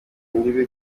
imbibi